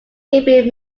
gaping